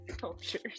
cultures